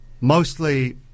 mostly